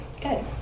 good